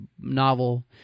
novel